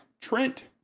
Trent